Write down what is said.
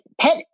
pet